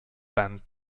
band